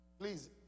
Please